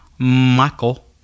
Michael